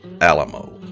Alamo